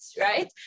right